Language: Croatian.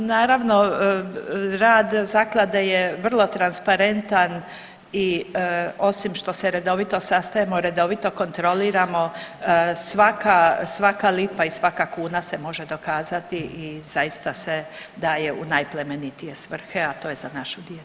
Ma naravno rad zaklade je vrlo transparentan i osim što se redovito sastajemo, redovito kontroliramo, svaka, svaka lipa i svaka kuna se može dokazati i zaista se daje u najplemenitije svrhe, a to je za našu djecu.